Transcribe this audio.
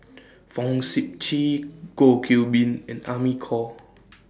Fong Sip Chee Goh Qiu Bin and Amy Khor